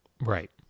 right